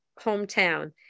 hometown